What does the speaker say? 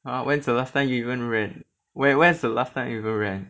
when's the last time you even ran when when's the last time you even ran